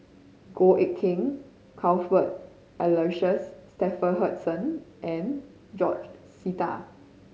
Goh Eck Kheng Cuthbert Aloysius Shepherdson and George Sita